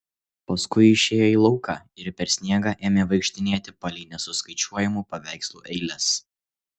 paskui išėjo į lauką ir per sniegą ėmė vaikštinėti palei nesuskaičiuojamų paveikslų eiles